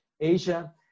Asia